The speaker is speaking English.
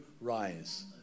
rise